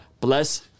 Bless